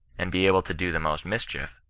and be able to do the most mischief,